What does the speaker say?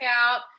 out